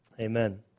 Amen